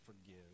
forgive